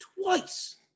twice